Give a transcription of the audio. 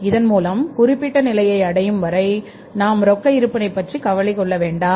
இதன் மூலம் குறிப்பிட்ட நிலையை அடையும் வரை நாம்ரொக்க இருப்பினை பற்றி கவலை கொள்ள வேண்டாம்